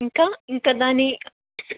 ఇంకా ఇంకా దాని